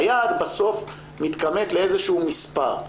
היעד בסוף מתכמת לאיזה שהוא מספר.